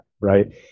right